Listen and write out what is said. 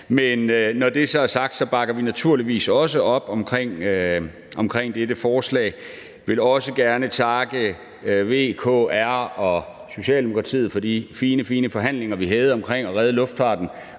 men når det så er sagt, bakker vi naturligvis også op om dette forslag. Vi vil også gerne takke V, K, R og S for de fine, fine forhandlinger, vi havde om at redde luftfarten.